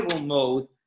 mode